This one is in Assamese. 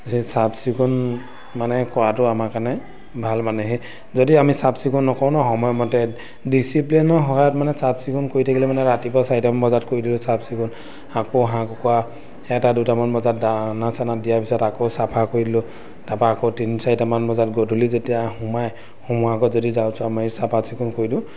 যে চাফচিকুণ মানে কৰাটো আমাৰ কাৰণে ভাল মানে সেই যদি আমি চাফচিকুণ নকৰোঁ ন সময়মতে ডিচিপ্লিনৰ সহায়ত মানে চাফচিকুণ কৰি থাকিলে মানে ৰাতিপুৱা চাৰিটামান বজাত কৰি দিলোঁ চাফচিকুণ আকৌ হাঁহ কুকুৱা এটা দুটামান বজাত দানা চানা দিয়াৰ পিছত আকৌ চাফা কৰি দিলোঁ তাৰপৰা আকৌ তিনি চাৰিটামান বজাত গধূলি যেতিয়া সোমাই সোমোৱা আগত যদি ঝাৰু চাৰু মাৰি চাফাচিকুণ কৰি দিওঁ